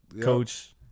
coach